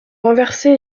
renversé